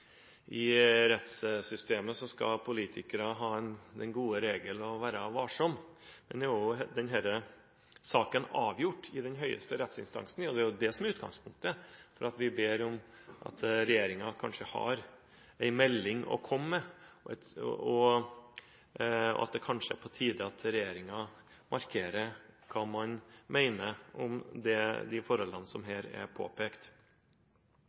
i rettssystemet, skal politikere ha den gode regelen å være varsomme. Men nå er denne saken avgjort i den høyeste rettsinstansen, og det er det som er utgangspunktet for at vi spør om regjeringen har en melding å komme med, og som gjør at det kanskje er på tide at regjeringen markerer hva man mener om de forholdene som her er påpekt.